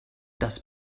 das